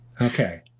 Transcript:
Okay